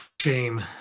Shame